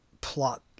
plot